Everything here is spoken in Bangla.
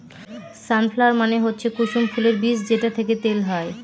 সান ফ্লাওয়ার মানে হচ্ছে কুসুম ফুলের বীজ যেটা থেকে তেল হয়